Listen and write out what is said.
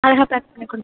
அழகாக பேக் பண்ணி கொடு